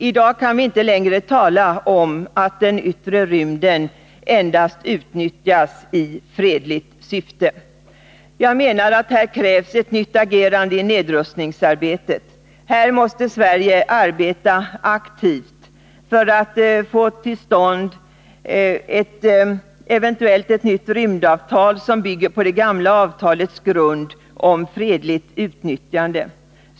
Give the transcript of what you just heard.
I dag är det inte längre så att den yttre rymden endast utnyttjas i fredligt syfte. Det krävs nytt agerande i nedrustningsarbetet i denna fråga. Här måste Sverige aktivt arbeta för att få till stånd ett nytt rymdavtal, som bygger på det gamla avtalet om fredligt utnyttjande av rymden.